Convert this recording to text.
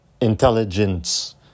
intelligence